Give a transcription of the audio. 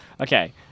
Okay